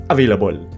Available